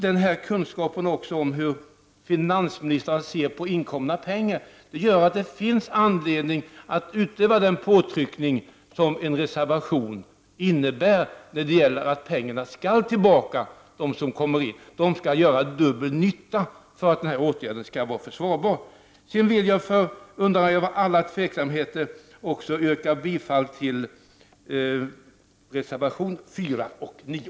Finansministerns sätt att se på inkomna pengar gör att det finns anledning att utöva den påtryckning som en reservation innebär, för att pengarna skall gå tillbaka igen och på så sätt göra dubbel nytta för att några åtgärder skall vara försvarbara att ta till. Sedan vill jag trots alla tveksamheter också yrka bifall till reservationerna 4 och 9.